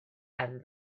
and